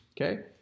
Okay